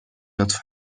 لطفا